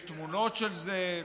יש תמונות של זה.